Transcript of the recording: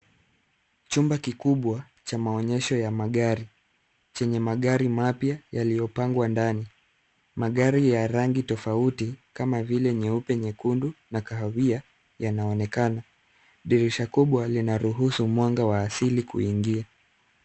Chumba kikubwa cha maonyesho ya magari, chenye magari mapya yaliyopangwa ndani. Magari ya rangi tofauti kama vile nyeupe, nyekundu na kahawia yanaonekana. Dirisha kubwa linaruhusu mwanga wa asili kuingia.